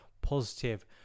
positive